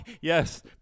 Yes